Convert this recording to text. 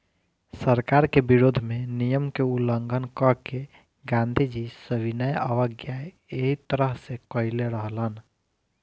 सरकार के विरोध में नियम के उल्लंघन क के गांधीजी सविनय अवज्ञा एही तरह से कईले रहलन